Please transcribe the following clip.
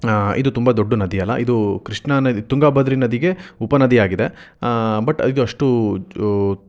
ಇದು ತುಂಬ ದೊಡ್ಡ ನದಿ ಅಲ್ಲ ಇದು ಕೃಷ್ಣಾ ನದಿ ತುಂಗಾಭದ್ರ ನದಿಗೆ ಉಪನದಿಯಾಗಿದೆ ಬಟ್ ಇದು ಅಷ್ಟು ಜ್